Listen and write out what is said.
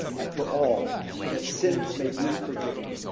and for all, so that sins may be forgiven.